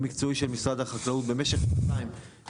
משרד החקלאות במשך שנתיים,